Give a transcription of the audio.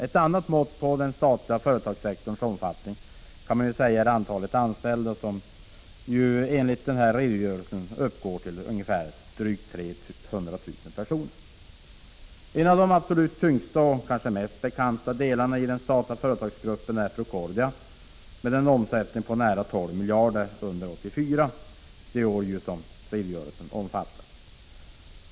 Ett annat mått på den statliga företagssektorns omfattning är antalet anställda, som enligt redogörelsen uppgår till drygt 300 000 personer. En av de absolut tyngsta — och kanske mest bekanta — delarna i den statliga företagsgruppen är Procordia, med en omsättning på nära 12 miljarder kronor under 1984.